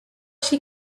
she